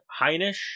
Heinisch